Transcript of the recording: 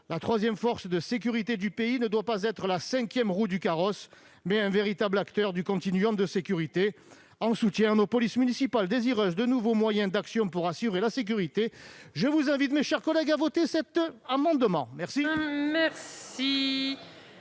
La troisième force de sécurité du pays ne doit pas être la cinquième roue du carrosse, mais un véritable acteur du continuum de sécurité. En témoignage de soutien à nos polices municipales, désireuses de nouveaux moyens d'action pour assurer la sécurité, je vous invite, mes chers collègues, à voter cet amendement.